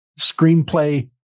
Screenplay